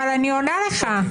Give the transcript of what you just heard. אני עונה לך.